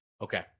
okay